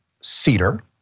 Cedar